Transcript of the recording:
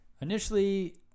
initially